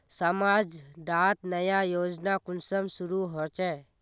समाज डात नया योजना कुंसम शुरू होछै?